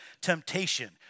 temptation